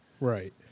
Right